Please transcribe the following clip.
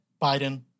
Biden